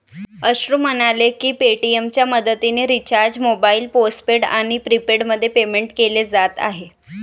अश्रू म्हणाले की पेटीएमच्या मदतीने रिचार्ज मोबाईल पोस्टपेड आणि प्रीपेडमध्ये पेमेंट केले जात आहे